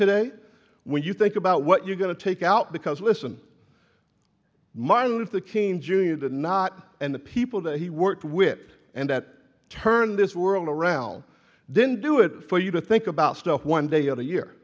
today when you think about what you're going to take out because listen martin luther king jr did not and the people that he worked wit and that turn this world around didn't do it for you to think about one day of the year